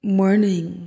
morning